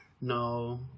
no